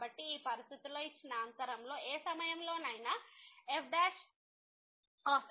కాబట్టి ఈ పరిస్థితిలో ఇచ్చిన అంతరంలో ఏ సమయంలోనైనా f ≠ 0